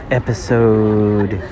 episode